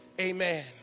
Amen